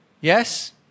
Yes